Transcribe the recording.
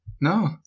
no